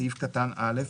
סעיף קטן (א),